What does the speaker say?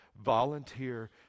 volunteer